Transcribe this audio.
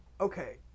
okay